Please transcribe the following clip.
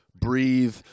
breathe